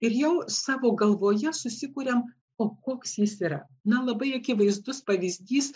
ir jau savo galvoje susikuriam o koks jis yra na labai akivaizdus pavyzdys